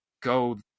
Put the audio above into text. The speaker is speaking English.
go